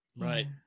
Right